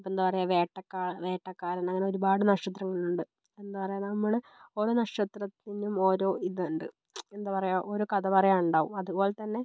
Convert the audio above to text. ഇപ്പം എന്താ പറയുക വേട്ടക്കാരൻ അങ്ങനെ ഒരുപാട് നക്ഷത്രങ്ങൾ ഉണ്ട് എന്താ പറയുക നമ്മൾ ഓരോ നക്ഷത്രത്തിനും ഓരോ ഇതുണ്ട് എന്താ പറയുക ഓരോ കഥ പറയാനുണ്ടാവും അതുപോലെത്തന്നെ